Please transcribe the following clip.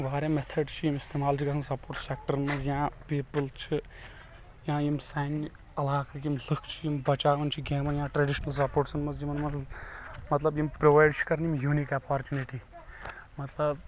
واریاہ مٮ۪تھڈ چھ یِمہٕ اِستعمال چھ گژھان سپوٹس سٮ۪کٹرن منٛز یا پیٖپل چھ یا یِم سانہٕ علاقٕکۍ یِم لُکھ چھ یِم بچاون چھ گیمن یا ٹریڈشنل سپوٹسن منٛز مطلب یِمن منٛز یِم پرووایِڈ چھ کران یوٗنیٖک اپرچوٗنِٹی مطلب